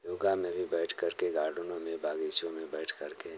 योग में भी बैठ करके गार्डनों में बग़ीचों में बैठ करके